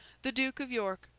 the duke of york,